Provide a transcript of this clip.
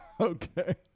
Okay